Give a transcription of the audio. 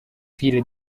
file